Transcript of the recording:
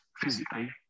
physically